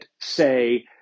say